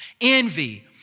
envy